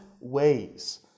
ways